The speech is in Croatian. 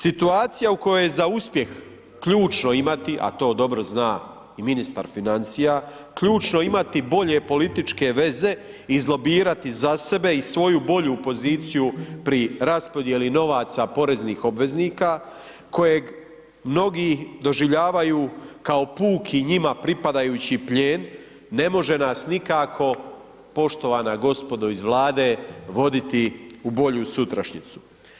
Situacija u kojoj je za uspjeh ključno imati, a to dobro zna i ministar financija, ključno imati bolje političke veze, izlobirati za sebe i svoju bolju poziciju pri raspodjeli novaca poreznih obveznika kojeg mnogi doživljavaju kao puki njima pripadajući plijen, ne može nas nikako poštovana gospodo iz Vlade voditi u bolju sutrašnjicu.